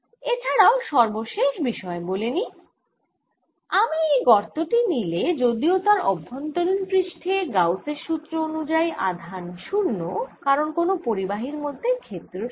এছাড়াও সর্বশেষ বিষয় নিয়ে বলি আমি এই গর্ত টি নিলে যদিও তার অভ্যন্তরীণ পৃষ্ঠে গাউস এর সুত্র অনুযায়ী আধান শুন্য কারণ কোন পরিবাহীর মধ্যে ক্ষেত্র 0